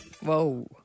Whoa